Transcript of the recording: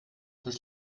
des